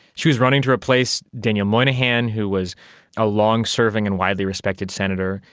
she was running to replace daniel moynihan who was a long-serving and widely respected senator,